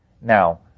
Now